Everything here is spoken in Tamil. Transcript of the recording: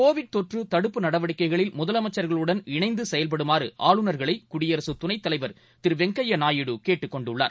கோவிட் தொற்றுதடுப்பு நடவடிக்கைகளில் முதலமைச்சர்குளுடன் இணைந்துசெயல்படுமாறுஆளுநர்களைகுடியரசுதுணைத்தலைவர் திருவெங்கையாநாயுடு கேட்டுக் கொண்டுள்ளார்